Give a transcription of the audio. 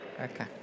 okay